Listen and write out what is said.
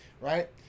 right